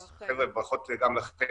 אז חבר'ה ברכות גם לכם.